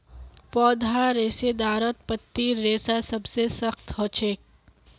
पौधार रेशेदारत पत्तीर रेशा सबसे सख्त ह छेक